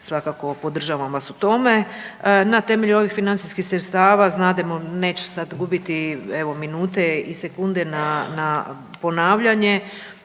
svakako podržavam vas u tome. Na temelju ovih financijskih sredstava znademo, neću sad gubiti evo minute i sekunde na, na ponavljanje